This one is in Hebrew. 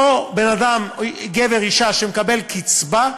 אותו בן-אדם, גבר, אישה שמקבל קצבה,